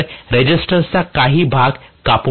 तर रेसिस्टन्सचा काही भाग कापून टाका